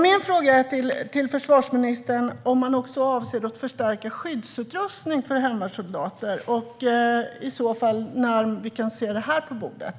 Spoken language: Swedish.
Min fråga till försvarsministern är om man också avser att förstärka skyddsutrustningen för hemvärnssoldater och i så fall när vi kan se det förslaget på bordet.